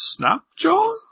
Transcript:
Snapjaw